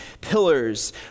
pillars